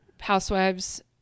housewives